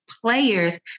players